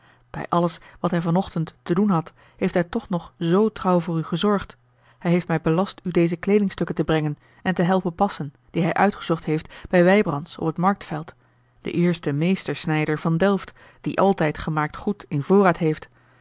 bij alles wat hij van ochtend te doen had heeft hij toch nog z trouw voor u gezorgd hij heeft mij belast u deze kleeding stukken te brengen en te helpen passen die hij uitgezocht heeft bij wijbrandsz op het marktveld den eersten meester snijder van delft die altijd gemaakt goed in voorraad heeft